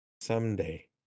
someday